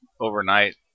overnight